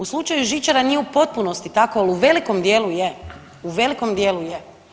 U slučaju žičara nije u potpunosti tako, ali u velikom dijelu je, u velikom dijelu je.